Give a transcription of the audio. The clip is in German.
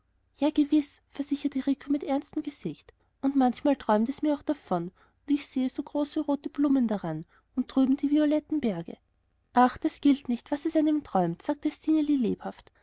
ja gewiß versicherte rico mit ernstem gesicht und manchmal träumt es mir auch davon und ich sehe so große rote blumen daran und drüben die violetten berge ach das gilt nicht was es einem träumt sagte stineli lebhaft